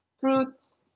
fruits